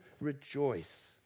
rejoice